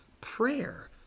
prayer